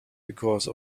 because